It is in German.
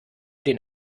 den